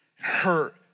hurt